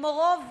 כמו רוב,